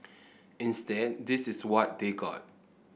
instead this is what they got